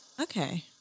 Okay